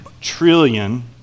trillion